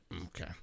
Okay